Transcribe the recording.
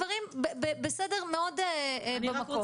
של בסיס ההתחשבנות היא הגדרה מאוד חשובה